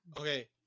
Okay